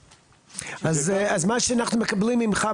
אז מה שאנחנו מקבלים ממך,